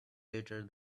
later